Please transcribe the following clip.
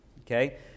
Okay